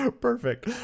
Perfect